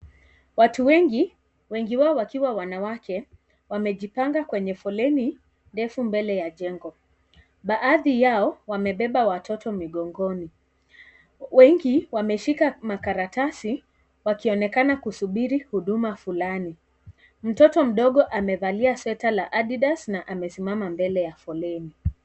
Watu wengi, wengi wao wakiwa wanawake, wamejipanga kwenye foleni ndefu, mbele ya jengo. Baadhi yao wamebeba watoto migongoni. Wengi, wameshika makalatasi, wakionekana kusubiri huduma fulani. Mtoto mdogo, amevalia sweta la adidas na amesimama mbele ya foleni.